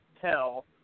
tell